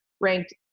ranked